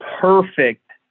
perfect